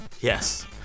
Yes